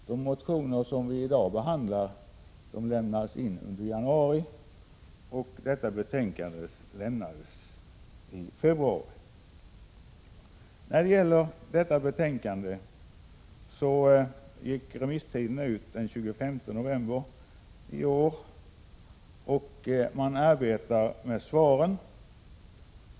De motioner som vi i dag behandlar lämnades in i januari, och utredningsbetänkandet lämnades alltså i februari. Remisstiden för detta betänkande gick ut den 25 november i år, och man arbetar nu med svaren.